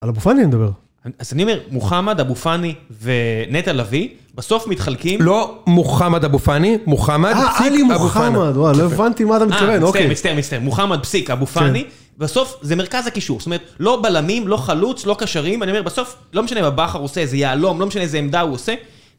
על אבו פאני אני מדבר. -אז אני אומר, מוחמד, אבו פאני ונטע לביא בסוף מתחלקים. -לא 'מוחמד אבו פאני', מוחמד, פסיק, אבו פאני. -אהההה, עלי מוחמד. וואי לא הבנתי מה אתה מתכוון, אוקיי. -אה. מצטער, מצטער, מצטער. מוחמד, פסיק, אבו פאני. -כן. -בסוף זה מרכז הקישור. זאת אומרת, לא בלמים, לא חלוץ, לא קשרים. אני אומר, בסוף לא משנה מה בכר עושה, איזו יהלום, לא משנה איזה עמדה הוא עושה.